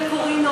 מקורי,